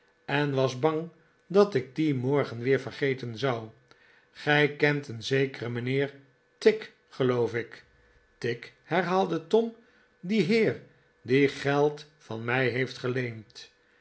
en was bang dat ik die morgen weer vergeten zou gij kent een zekeren mijnheer tigg geloof ik tigg herhaalde tom die heer die geld van mij heeft geleend